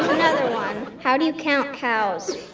another one. how do you count cows?